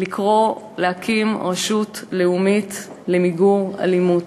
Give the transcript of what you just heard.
להקים רשות לאומית למיגור אלימות.